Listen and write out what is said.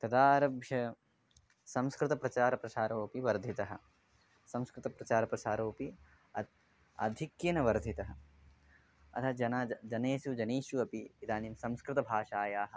तदारभ्य संस्कृतप्रचारप्रसारोऽपि वर्धितः संस्कृतप्रचारप्रसारोऽपि आधिक्येन वर्धितः अतः जनेषु जनेषु जनेषु अपि इदानीं संस्कृतभाषायाः